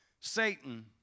Satan